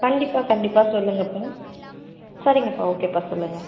கண்டிப்பாக கண்டிப்பாக சொல்லுங்கப்பா சரிங்கப்பா ஓகேப்பா சொல்லுங்கள்